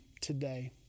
today